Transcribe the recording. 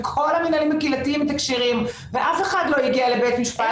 וכל המינהלים הקהילתיים מתקשרים ואף אחד לא הגיע לבית משפט.